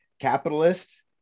capitalist